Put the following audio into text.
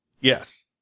Yes